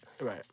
Right